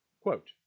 Quote